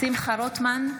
שמחה רוטמן,